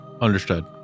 understood